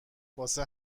واسه